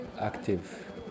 active